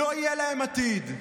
לא יהיה להם עתיד.